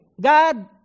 God